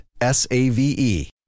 S-A-V-E